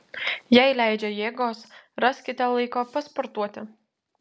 jei leidžia jėgos raskite laiko pasportuoti